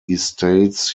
estates